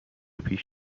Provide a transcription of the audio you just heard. پیش